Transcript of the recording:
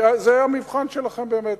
זה המבחן שלכם באמת.